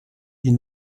die